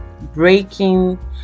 breaking